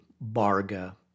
Barga